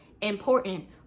important